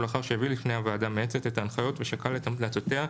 ולאחר שהביא לפני הוועדה המייעצת את ההנחיות ושקל את המלצותיה,